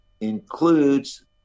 includes